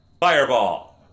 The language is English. Fireball